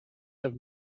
have